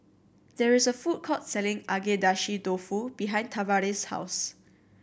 there is a food court selling Agedashi Dofu behind Tavares' house